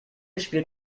spielt